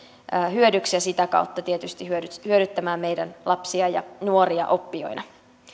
hyödyksi ja sitä kautta tietysti hyödyttämään meidän lapsia ja nuoria oppijoina